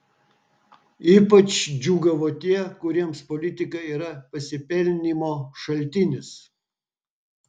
ypač džiūgavo tie kuriems politika yra pasipelnymo šaltinis